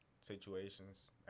situations